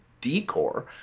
decor